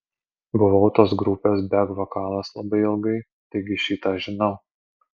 buvau tos grupės bek vokalas labai ilgai taigi šį tą žinau